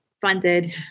funded